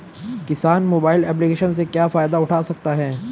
किसान mobile application से क्या फायदा उठा सकता है?